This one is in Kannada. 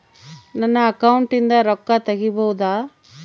ನನ್ನ ಅಕೌಂಟಿಂದ ರೊಕ್ಕ ತಗಿಬಹುದಾ?